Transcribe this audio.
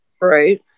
Right